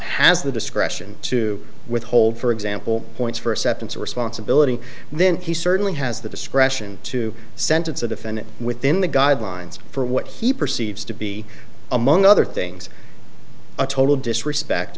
has the discretion to withhold for example points for a step into responsibility then he certainly has the discretion to sentence a defendant within the guidelines for what he perceives to be among other things a total disrespect